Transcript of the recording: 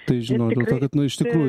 tai žino kad nu iš tikrųjų